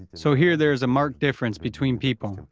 so here, there is a marked difference between people,